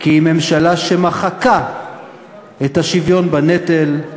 כי היא ממשלה שמחקה את השוויון בנטל,